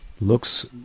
looks